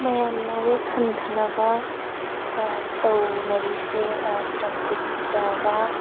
ꯃꯌꯥꯝꯅ ꯋꯦꯠ ꯍꯟꯊꯅꯕ ꯇꯧꯅꯔꯤꯁꯦ ꯆꯝꯐꯨꯠ ꯆꯥꯕ